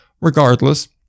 regardless